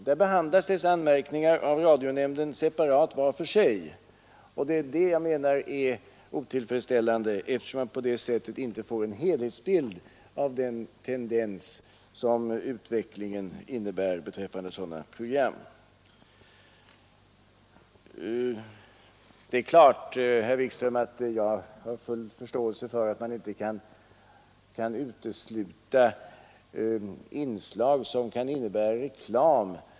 Där behandlas dessa anmärkningar av radionämnden separat var för nn nssina Det är klart, herr Wikström, att jag har full förståelse för att man inte kan utesluta inslag som kan innebära reklam.